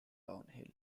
downhill